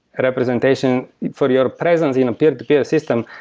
representation for your presence in a peer-to-peer system,